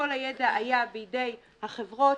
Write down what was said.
כל הידע היה בידי החברות,